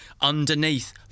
underneath